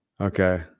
Okay